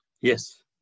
Yes